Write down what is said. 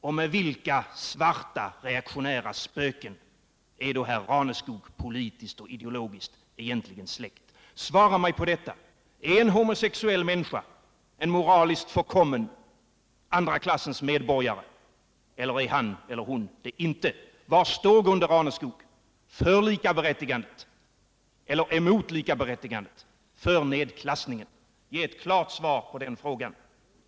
Och med vilka svarta reaktionära spöken är då Gunde Raneskog politiskt och ideologiskt egentligen släkt? Svara mig på detta: Är en homosexuell människa en moraliskt förkommen andra klassens medborgare, eller är han eller hon det inte? Var står Gunde Raneskog? Är han för likaberättigandet eller mot likaberättigandet, för eller mot nedklassningen?